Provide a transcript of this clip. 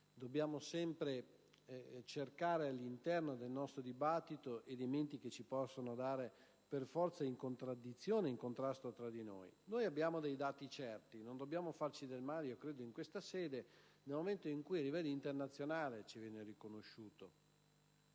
dobbiamo sempre cercare all'interno del nostro dibattito elementi che ci possano portare per forza in contraddizione ed in contrasto tra di noi. Noi abbiamo dei dati certi. Non dobbiamo farci del male in questa sede, nel momento in cui a livello internazionale ci viene riconosciuto